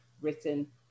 written